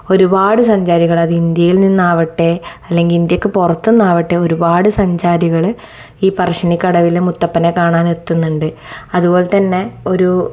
ഒരുപാട് സഞ്ചാരികൾ അത് ഇന്ത്യയിൽ നിന്നാവട്ടെ അല്ലെങ്കിൽ ഇന്ത്യക്ക് പുറത്ത് നിന്നാവട്ടെ ഒരുപാട് സഞ്ചാരികൾ ഈ പറശ്ശിനിക്കടവിലെ മുത്തപ്പനെ കാണാനെത്തുന്നുണ്ട് അതുപോലെ തന്നെ ഒരു